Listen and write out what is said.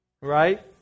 Right